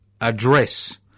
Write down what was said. address